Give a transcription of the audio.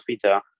Twitter